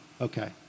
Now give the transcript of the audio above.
Okay